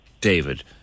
David